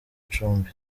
icumbi